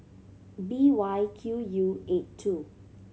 B Y Q U eight two